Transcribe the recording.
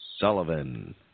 Sullivan